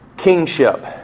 Kingship